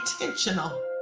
intentional